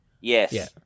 Yes